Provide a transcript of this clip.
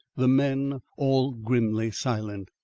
the men all grimly silent.